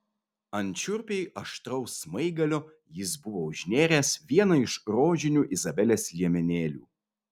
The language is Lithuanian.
ant šiurpiai aštraus smaigalio jis buvo užnėręs vieną iš rožinių izabelės liemenėlių